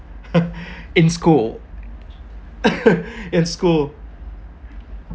in school in school